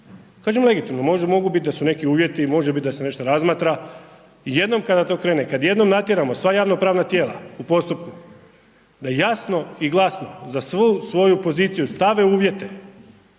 Kažem legitimno, mogu biti da su neki uvjeti, može biti da se nešto razmatra, jednom kada to krene, kada jednom natjeramo sva ravnopravna tijela u postupku, da jasno i glasno za svu svoju poziciju stave uvjete